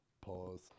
Pause